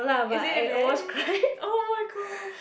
is it bad oh-my-gosh